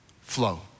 flow